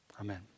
Amen